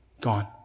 Gone